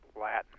Latin